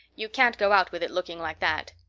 you can't go out with it looking like that.